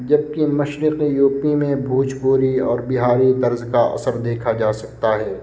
جبکہ مشرقی U P میں بھوجپوری اور بہاری طرز کا اثر دیکھا جا سکتا ہے